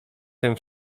tym